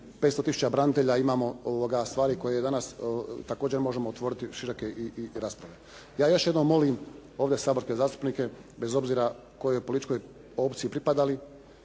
500 tisuća branitelja, imamo stvari koje danas također možemo otvoriti široke rasprave. Ja još jednom molim ovdje saborske zastupnike, bez obzira kojoj političkoj opciji pripadali,